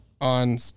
on